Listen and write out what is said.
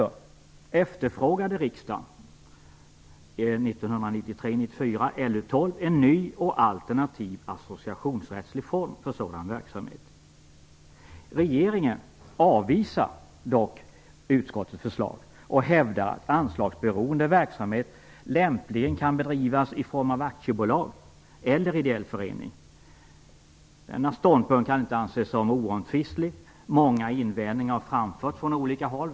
Regeringen avvisar dock utskottets förslag och hävdar att anslagsberoende verksamhet lämpligen kan bedrivas i form av aktiebolag eller ideell förening. Denna ståndpunkt kan inte anses som oomtvistlig. Många invändningar har framförts från olika håll.